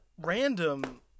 Random